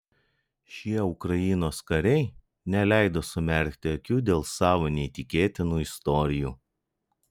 šie ukrainos kariai neleido sumerkti akių dėl savo neįtikėtinų istorijų